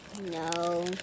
No